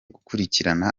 kugikurikirana